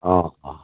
অঁ অঁ